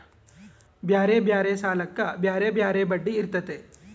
ಬ್ಯಾರೆ ಬ್ಯಾರೆ ಸಾಲಕ್ಕ ಬ್ಯಾರೆ ಬ್ಯಾರೆ ಬಡ್ಡಿ ಇರ್ತತೆ